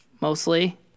mostly